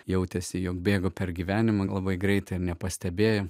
jautėsi jog bėgo per gyvenimą labai greitai nepastebėjo